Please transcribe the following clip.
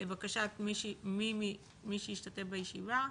לבקשת מי מהמשתתפים בישיבה,